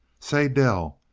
say! dell!